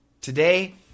Today